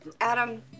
Adam